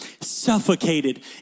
suffocated